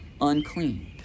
unclean